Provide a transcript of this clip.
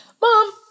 Mom